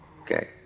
Okay